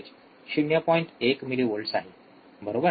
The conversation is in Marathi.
१ मिली व्होल्टस आहे बरोबर